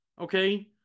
Okay